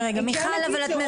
ורוב